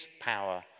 power